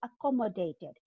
accommodated